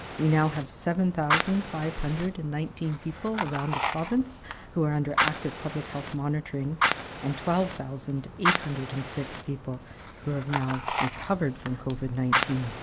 we now have seven thousand five hundred and nineteen people around the province who are under active public health monitoring and twelve thousand eight hundred and six people who have now recovered from covid nineteen.